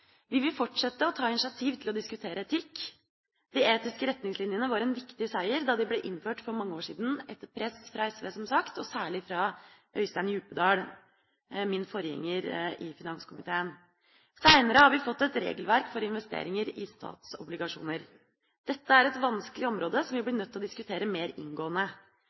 Vi vil fortsette å ta initiativ til å diskutere etikk. De etiske retningslinjene var en viktig seier da de ble innført for mange år siden etter press fra SV, som sagt, og særlig fra Øystein Djupedal, min forgjenger i finanskomiteen. Seinere har vi fått et regelverk for investeringer i statsobligasjoner. Dette er et vanskelig område som vi blir nødt til å diskutere mer inngående.